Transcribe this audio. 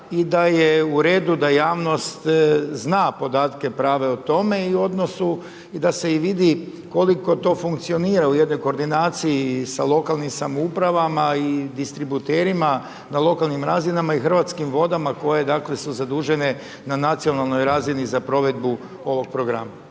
i da je u redu, da javnost zna podatke prave o tome i u odnosu, da se vidi, koliko to funkcionira u jednoj koordinaciji sa lokalnim samoupravama i distributerima na lokalnim razinama i hrvatskim vodama, koje su zadužene, na nacionalnoj razini za provedbu ovog programa.